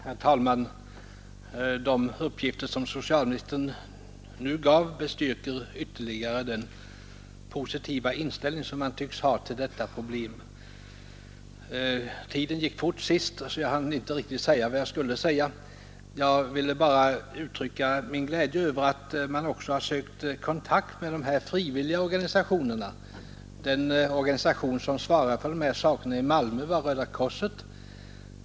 Herr talman! De uppgifter som socialministern nu gav bestyrker mitt intryck av att han har en positiv inställning till detta problem. Tiden gick fort när jag höll mitt förra anförande, och jag hann inte riktigt säga vad jag skulle säga. Jag ville alltså uttrycka min glädje över att man också sökt kontakt med frivilliga organisationer. Den organisation som svarar för telefonkontakten i Malmö är Röda korset.